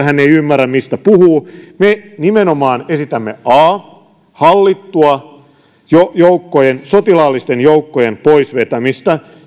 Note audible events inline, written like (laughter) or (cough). (unintelligible) hän ei ymmärrä mistä puhuu me nimenomaan esitämme hallittua sotilaallisten joukkojen pois vetämistä